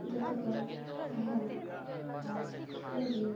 ᱡᱚᱛᱚ ᱠᱚ ᱛᱟᱦᱮᱱᱟ ᱟᱨ ᱩᱱᱠᱤᱱ